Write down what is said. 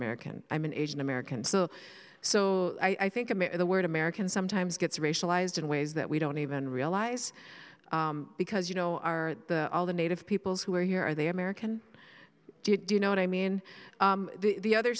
american i'm an asian american so so i think of the word american sometimes gets racialized in ways that we don't even realize because you know are all the native peoples who are here are they american do you know what i mean the other